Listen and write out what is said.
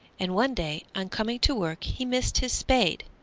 and one day on coming to work he missed his spade.